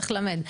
צריך ללמד,